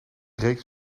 reeks